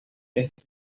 estos